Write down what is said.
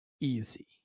easy